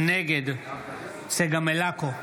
נגד צגה מלקו,